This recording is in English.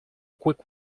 quick